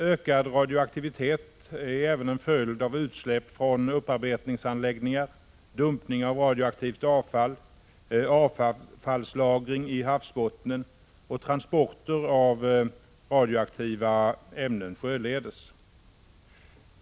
Ökad radioaktivitet är även en följd av utsläpp från upparbetningsanläggningar, dumpning av radioaktivt avfall, avfallslagring i havsbotten och transporter av radioaktiva ämnen sjöledes.